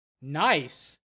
nice